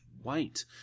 White